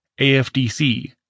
AFDC